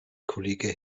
kollege